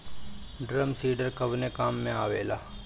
Drum seeder कवने काम में आवेला?